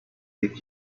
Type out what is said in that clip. dead